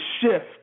shift